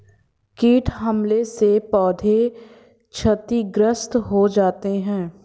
कीट हमले से पौधे क्षतिग्रस्त हो जाते है